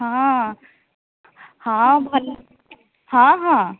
ହଁ ଭଲ ହଁ ହଁ